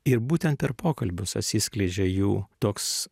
ir būtent per pokalbius atsiskleidžia jų toks